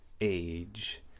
age